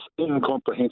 incomprehensible